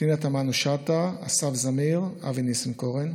פנינה תמנו שטה, אסף זמיר, אבי ניסנקורן,